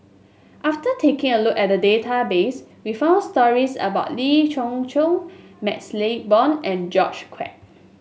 after taking a look at the database we found stories about Lee Khoon Choy MaxLe Blond and George Quek